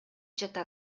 жатам